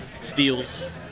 steals